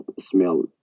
smell